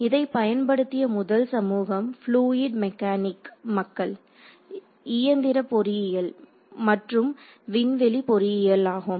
இதைப் பயன்படுத்திய முதல் சமூகம் ஃபூளியிட் மெக்கானிக் மக்கள் இயந்திரப் பொறியியல் மற்றும் விண்வெளி பொறியியல் ஆகும்